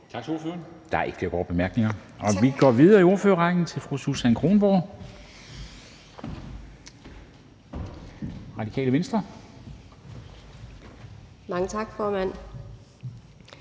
Tak til ordføreren. Der er ikke flere korte bemærkninger, og vi går videre i ordførerrækken til fru Susan Kronborg, Radikale Venstre. Kl.